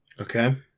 Okay